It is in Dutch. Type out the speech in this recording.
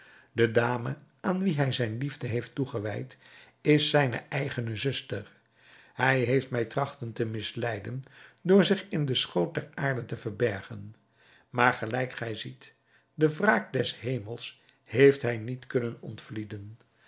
de dame aan wie hij zijne liefde heeft toegewijd is zijne eigene zuster hij heeft mij trachten te misleiden door zich in den schoot der aarde te verbergen maar gelijk gij ziet de wraak des hemels heeft hij niet kunnen ontvlieden